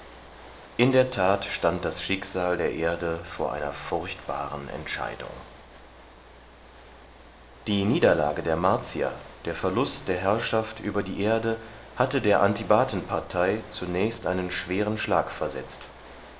in der tat stand das schicksal der erde vor einer furchtbaren entscheidung die niederlage der martier der verlust der herrschaft über die erde hatte der antibaten partei zunächst einen schweren schlag versetzt